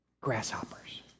grasshoppers